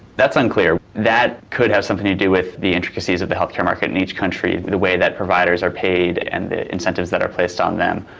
that's unclear. that could have someone to do with the intricacies of the healthcare market in each country, the way that providers are paid and the incentives that are placed on them,